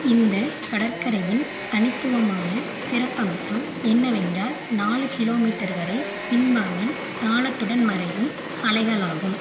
இந்த கடற்கரையின் தனித்துவமான சிறப்பம்சம் என்னவென்றால் நாலு கிலோ மீட்டர் வரை பின்வாங்கி தாளத்துடன் மறையும் அலைகளாகும்